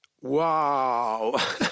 Wow